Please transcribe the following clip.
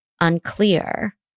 unclear